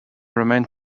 remained